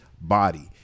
body